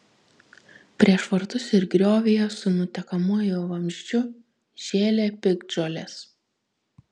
prieš vartus ir griovyje su nutekamuoju vamzdžiu žėlė piktžolės